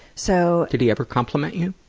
so did he ever compliment you?